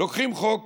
לוקחים חוק